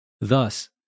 Thus